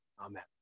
Amen